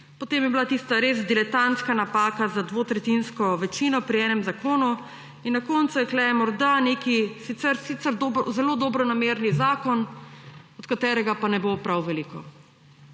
Potem je bila tista res diletantska napaka z dvotretjinsko večino pri enem zakonu in na koncu je tukaj morda nek sicer zelo dobronameren zakon, od katerega pa ne bo prav veliko.